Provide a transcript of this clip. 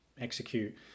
execute